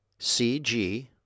CG